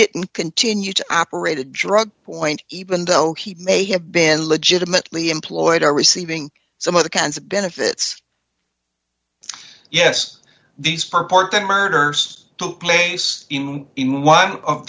didn't continue to operate a drug point even though he may have been legitimately employed or receiving some other kinds of benefits yes these purport the murders took place in one of